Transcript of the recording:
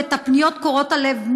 הפניות קורעות הלב,